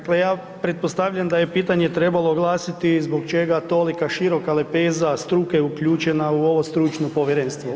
Dakle ja pretpostavljam da je pitanje trebalo glasiti zbog čega tolika široka lepeza struke je uključena u ovo stručno povjerenstvo.